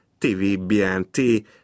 TVBNT